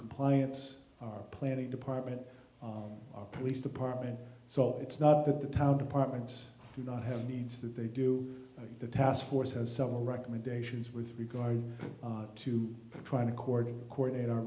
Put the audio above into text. compliance planning department or police department so it's not that the town departments do not have needs that they do the task force has several recommendations with regard to trying to cordon coordinate our